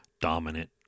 dominant